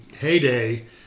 heyday